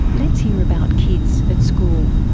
let's hear about kids at school.